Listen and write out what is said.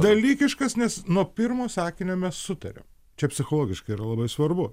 dalykiškas nes nuo pirmo sakinio mes sutariam čia psichologiškai yra labai svarbu